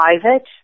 private